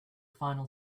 final